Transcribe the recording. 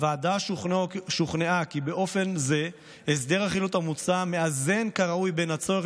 הוועדה שוכנעה כי באופן זה הסדר החילוט המוצע מאזן כראוי בין הצורך